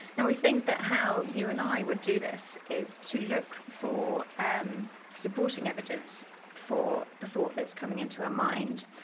and we think that how you and i would do this is to look for um supporting evidence for the thought that's coming into our mind.